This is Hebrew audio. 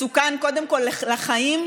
מסוכן קודם כול לחיים,